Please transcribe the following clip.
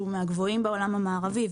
שהוא מהגבוהים בעולם המערבי,